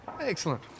Excellent